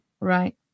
Right